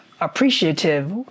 appreciative